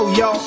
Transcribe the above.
yo